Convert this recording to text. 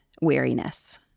weariness